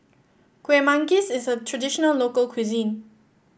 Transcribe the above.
Kueh Manggis is a traditional local cuisine